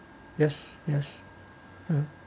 yes yes uh